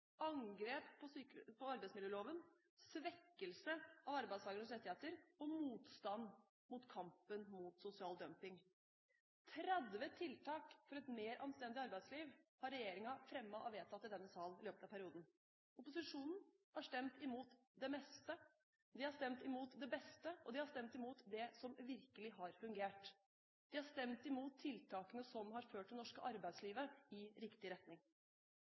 angrep på arbeidsmiljøloven, svekkelse av arbeidstakernes rettigheter og motstand mot kampen mot sosial dumping. 30 tiltak for et mer anstendig arbeidsliv har regjeringen fremmet og vedtatt i denne sal i løpet av perioden. Opposisjonen har stemt imot det meste, de har stemt imot det beste, og de har stemt imot det som virkelig har fungert. De har stemt imot tiltakene som har ført det norske arbeidslivet i riktig retning.